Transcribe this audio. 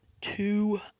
two